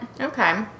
Okay